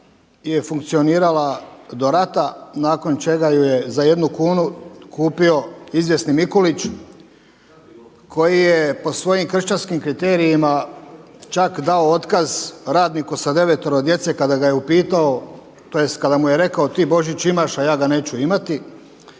je funkcionirala do rata nakon čega ju je za jednu kunu kupio izvjesni Mikulić koji je po svojim kršćanskim kriterijima čak dao otkaz radniku sa 9 djece kada ga je upitao, tj. kada mu je rekao ti Božić imaš, a ja ga neću imati.